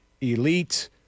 elite